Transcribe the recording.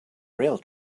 rail